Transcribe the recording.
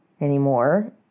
anymore